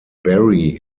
berry